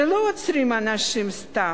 שלא עוצרים אנשים סתם,